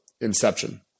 inception